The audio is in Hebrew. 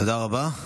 תודה רבה.